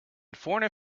foreign